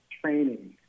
training